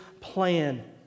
plan